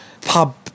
pub